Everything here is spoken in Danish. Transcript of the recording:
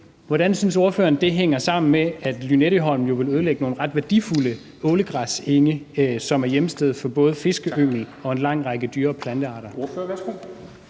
hvordan synes ordføreren det hænger sammen med, at Lynetteholmen jo vil ødelægge nogle ret værdifulde ålegræsenge, som er hjemsted for både fiskeyngel og en lang række dyre- og plantearter?